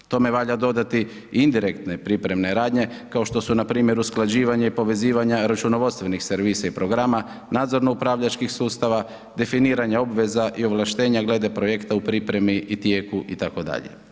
Tome valja dodati i indirektne pripremne radnje, kao što su npr. usklađivanje povezivanja računovodstvenih servisa i programa, nadzorno upravljačkih sustava, definiranje obveza i ovlaštenja gleda projekta u pripremi i tijeku itd.